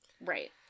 Right